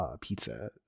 pizza